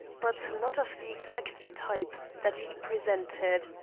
but not of the exact type that he presented.